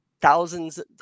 thousands